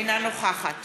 אינה נוכחת